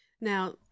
Now